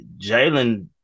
Jalen